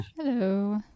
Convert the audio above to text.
Hello